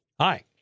Hi